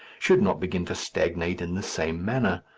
should not begin to stagnate in the same manner.